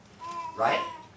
Right